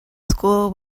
school